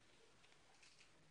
ועדת הכספים.